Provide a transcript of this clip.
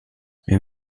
wir